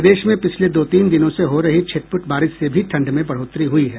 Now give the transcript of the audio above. प्रदेश में पिछले दो तीन दिनों से हो रही छिटपुट बारिश से भी ठंड में बढ़ोतरी हुई है